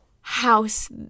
house